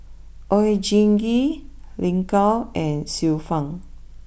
Oon Jin Gee Lin Gao and Xiu Fang